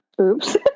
Oops